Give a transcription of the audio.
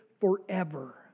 forever